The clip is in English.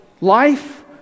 life